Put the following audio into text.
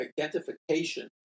identification